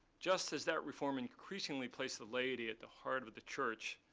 just as that reform increasingly placed the laity at the heart with the church,